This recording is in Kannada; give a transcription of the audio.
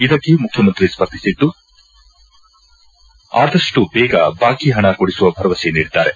ಇದಕ್ಕೆ ಮುಖ್ಯಮಂತ್ರಿ ಸ್ಪಂದಿಸಿದ್ದು ಆದಷ್ಟು ದೇಗ ಬಾಕಿ ಹಣ ಕೊಡಿಸುವ ಭರವಸೆ ನೀಡಿದ್ದಾರೆ